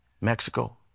Mexico